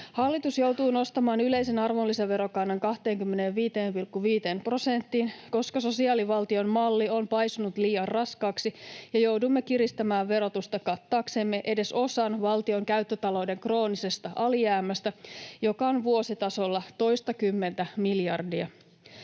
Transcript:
Hallitus joutuu nostamaan yleisen arvonlisäverokannan 25,5 prosenttiin, koska sosiaalivaltion malli on paisunut liian raskaaksi. Joudumme kiristämään verotusta kattaaksemme edes osan valtion käyttötalouden kroonisesta alijäämästä, joka on vuositasolla toistakymmentä miljardia.